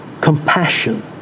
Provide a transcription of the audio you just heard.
compassion